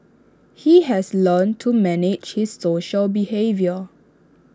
he has learnt to manage his social behaviour